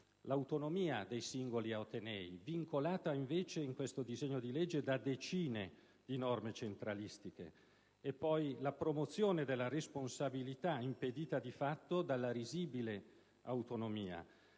l'autonomia dei singoli atenei, vincolata invece in questo disegno di legge da decine di norme centralistiche; la promozione della responsabilità, impedita di fatto dalla risibile autonomia;